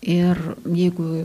ir jeigu